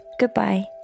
Goodbye